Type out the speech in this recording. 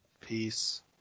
Peace